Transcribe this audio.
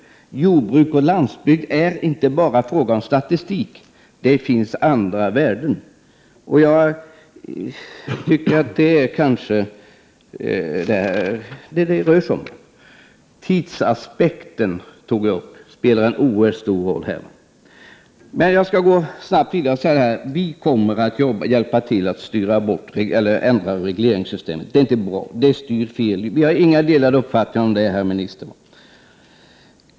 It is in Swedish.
Jordbruk och landsbygd är inte endast en fråga om statistik. Det finns andra värden. Det är vad det rör sig om. Jag tog också upp att tidsaspekten spelar en oerhört stor roll. Vi kommer att hjälpa till att ändra regleringssystemet. Det är inte bra. Det styr på fel sätt. Där har vi inte delade uppfattningar, herr minister.